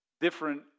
different